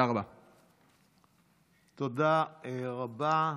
תודה רבה.